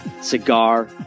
Cigar